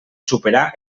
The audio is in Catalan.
superar